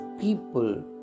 people